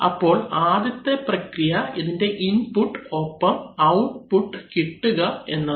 അപ്പോൾ ആദ്യത്തെ പ്രക്രിയ ഇതിൻറെ ഇൻപുട്ട് ഒപ്പം ഔട്ട്പുട്ട് കിട്ടുക എന്നതാണ്